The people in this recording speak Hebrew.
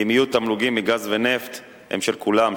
ואם יהיו תמלוגים מגז ונפט הם של כולם,